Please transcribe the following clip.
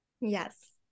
yes